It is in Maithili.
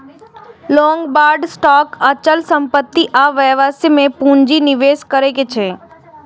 लोग बांड, स्टॉक, अचल संपत्ति आ व्यवसाय मे पूंजी निवेश करै छै